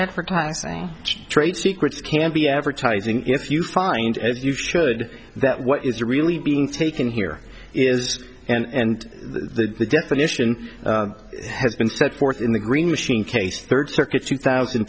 taxing trade secrets can be advertising if you find as you should that what is really being taken here is and the definition has been set forth in the green machine case third circuit's two thousand